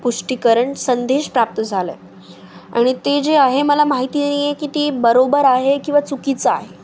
पुष्टीकरण संदेश प्राप्त झालं आहे आणि ते जे आहे मला माहिती नाही आहे की ती बरोबर आहे किंवा चुकीचं आहे